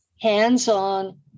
Hands-on